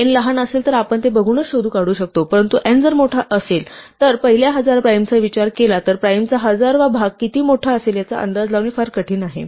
n लहान असेल तर आपण ते बघूनच शोधून काढू शकतो परंतु जर n मोठा असेल तर पहिल्या हजार प्राईमचा विचार केला तर प्राईमचा हजारवा भाग किती मोठा असेल याचा अंदाज लावणे फार कठीण आहे